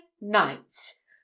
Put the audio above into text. nights